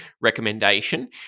recommendation